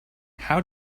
how